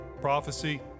prophecy